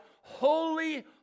holy